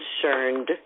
concerned